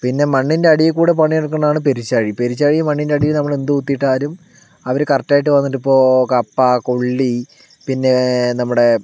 പിന്നെ മണ്ണിൻ്റെ അടിയിൽ കൂടെ പണിയെടുക്കുന്നതാണ് പെരുച്ചാഴി പെരുച്ചാഴി മണ്ണിൻ്റെ അടിയിൽ നമ്മൾ എന്ത് കുത്തിയിട്ടാലും അവര് കറക്റ്റായിട്ട് വന്നിട്ട് ഇപ്പോൾ കപ്പ കൊള്ളി പിന്നേ നമ്മുടെ